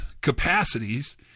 capacities